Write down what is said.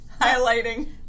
highlighting